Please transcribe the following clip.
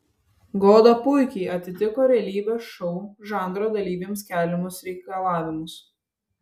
goda puikiai atitiko realybės šou žanro dalyviams keliamus reikalavimus